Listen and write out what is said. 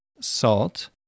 salt